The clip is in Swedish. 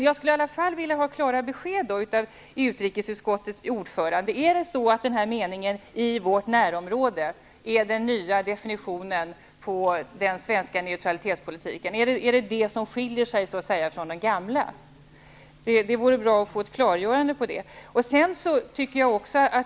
Jag skulle vilja ha klara besked av utrikesutskottets ordförande. Är det så att orden ''i vårt närområde'' är den nya definitionen på den svenska neutralitetspolitiken? Är detta skillnaden mot den gamla? Det vore bra att få ett klargörande.